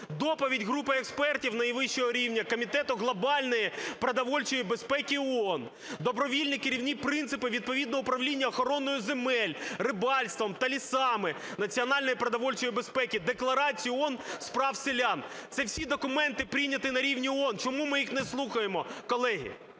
доповідь групи експертів найвищого рівня, Комітету глобальної продовольчої безпеки ООН, добровільні керівні принципі відповідного управління охороною земель, рибальством та лісами, національної продовольчої безпеки, Декларацією ООН з прав селян. Це всі документи, прийняті на рівні ООН. Чому ми їх не слухаємо, колеги?